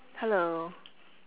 hello